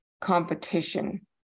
competition